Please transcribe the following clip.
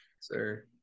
sir